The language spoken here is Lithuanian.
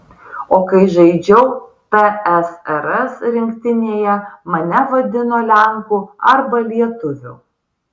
o kai žaidžiau tsrs rinktinėje mane vadino lenku arba lietuviu